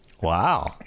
Wow